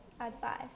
advice